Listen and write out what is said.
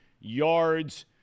yards